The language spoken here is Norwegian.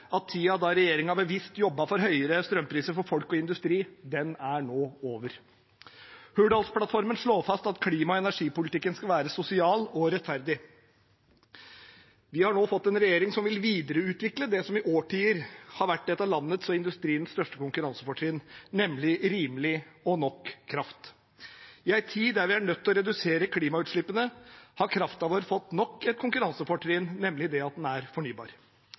at tiden da regjeringen bevisst jobbet for høyere strømpriser for folk og industri, nå er over. Hurdalsplattformen slår fast at klima- og energipolitikken skal være sosial og rettferdig. Vi har nå fått en regjering som vil videreutvikle det som i årtier har vært et av landets og industriens største konkurransefortrinn, nemlig rimelig og nok kraft. I en tid da vi er nødt til å redusere klimautslippene, har kraften vår fått nok et konkurransefortrinn, nemlig at den er fornybar.